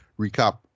recap